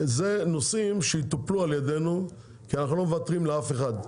אלו נושאים שיטופלו על ידינו כי אנחנו לא מוותרים לאף אחד.